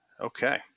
Okay